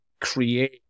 create